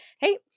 hey